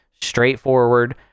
straightforward